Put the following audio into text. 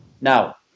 Now